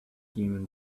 human